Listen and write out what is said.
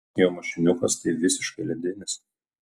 jo mašiniukas tai visiškai ledinis